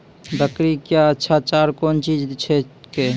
बकरी क्या अच्छा चार कौन चीज छै के?